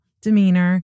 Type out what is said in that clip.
demeanor